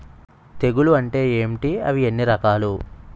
తెగులు అంటే ఏంటి అవి ఎన్ని రకాలు?